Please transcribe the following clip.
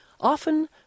often